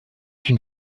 une